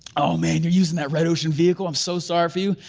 oh man, you're using that red ocean vehicle, i'm so sorry for you.